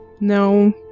no